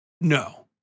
No